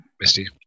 Misty